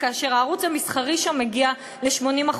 כאשר הערוץ המסחרי שם מגיע ל-80%,